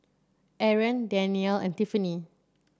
Aron Danielle and Tiffanie